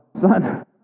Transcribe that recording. son